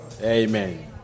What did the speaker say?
Amen